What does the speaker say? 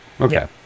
Okay